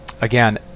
again